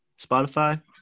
spotify